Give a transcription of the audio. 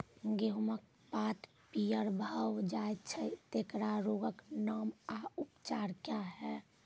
गेहूँमक पात पीअर भअ जायत छै, तेकरा रोगऽक नाम आ उपचार क्या है?